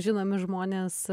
žinomi žmonės